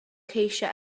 ceisio